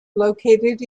located